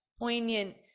poignant